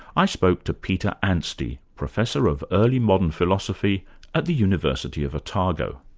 i spoke to peter anstey, professor of early modern philosophy at the university of otago.